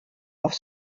auf